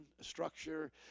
structure